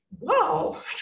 Wow